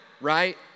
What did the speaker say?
right